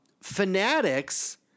Fanatics